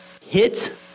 hit